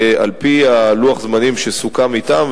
על-פי לוח הזמנים שסוכם אתם,